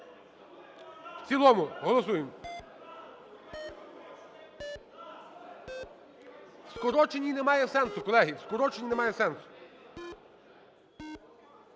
В цілому, голосуємо. В скороченій немає сенсу, колеги, в скороченій немає сенсу.